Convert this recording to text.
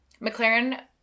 McLaren